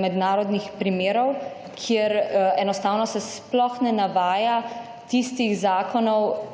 mednarodnih primerov, kjer enostavno se sploh ne navaja tistih zakonov,